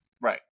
Right